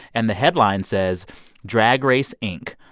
and the headline says drag race inc.